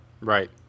Right